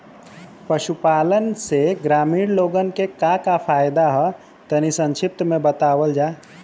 पशुपालन से ग्रामीण लोगन के का का फायदा ह तनि संक्षिप्त में बतावल जा?